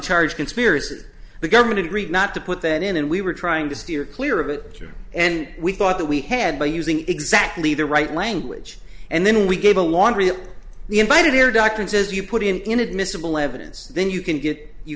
charge conspiracy the government agreed not to put that in and we were trying to steer clear of it and we thought that we had by using exactly the right language and then we gave a laundry of the invited their doctrine says you put in inadmissible evidence then you can get you